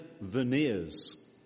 veneers